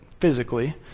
physically